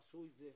עשו את זה,